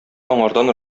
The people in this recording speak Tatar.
аңардан